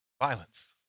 violence